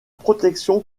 protection